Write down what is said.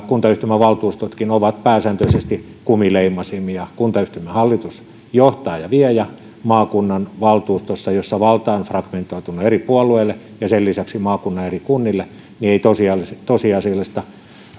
kuntayhtymän valtuustotkin ovat pääsääntöisesti kumileimasimia kuntayhtymän hallitus johtaa ja vie ja maakunnan valtuustossa jossa valta on fragmentoitunut eri puolueille ja sen lisäksi maakunnan eri kunnille ei tosiasiallista tosiasiallista